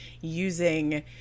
using